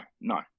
no